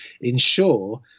ensure